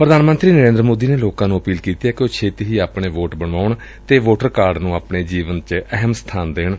ਪ੍ਰਧਾਨ ਮੰਤਰੀ ਨਰੇਂਦਰ ਮੋਦੀ ਨੇ ਲੋਕਾਂ ਨੂੰ ਅਪੀਲ ਕੀਤੀ ਏ ਕਿ ਉਹ ਛੇਤੀ ਹੀ ਆਪਣੇ ਵੋਟ ਬਣਾਉਣ ਅਤੇ ਵੋਟਰ ਕਾਰਡ ਨੂੰ ਆਪਣੇ ਜੀਵਨ ਵਿਚ ਅਹਿਮ ਸਬਾਨ ਦੇਣ